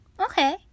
okay